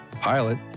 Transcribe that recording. Pilot